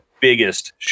biggest